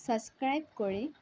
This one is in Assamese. চাছক্ৰাইব কৰি